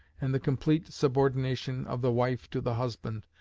and the complete subordination of the wife to the husband,